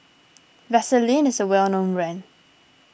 Vaselin is a well known brand